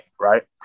right